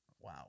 Wow